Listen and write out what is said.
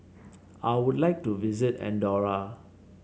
I would like to visit Andorra